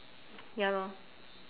ya lor